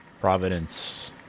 providence